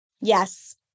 Yes